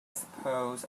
suppose